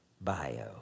Bio